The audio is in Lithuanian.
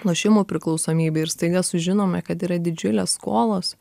lošimų priklausomybė ir staiga sužinome kad yra didžiulės skolos